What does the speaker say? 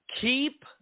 keep